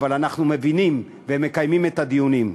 אבל אנחנו מבינים ומקיימים את הדיונים.